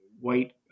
white